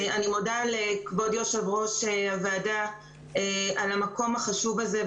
אני מודה לכבוד יושב-ראש הוועדה על המקום החשוב הזה,